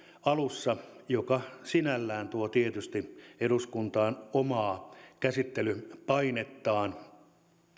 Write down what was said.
alussa mikä sinällään tuo tietysti eduskuntaan omaa käsittelypainettaan